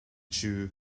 jew